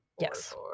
Yes